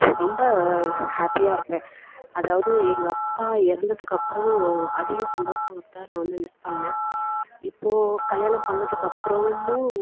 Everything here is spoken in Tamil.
ரொம்ப ஹேப்பியாக இருப்பேன் அதாவது எங்கள் அப்பா இறந்தத்துக்கு அப்றம் அதிக சந்தோஷத்த நான் வந்து மிஸ் பண்ணேன் இப்போது கல்யாணம் பண்ணத்துக்கு அப்புறமும்